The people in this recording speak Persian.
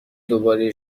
دوباره